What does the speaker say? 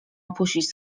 opuścić